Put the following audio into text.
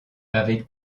avec